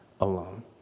alone